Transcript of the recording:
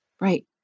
Right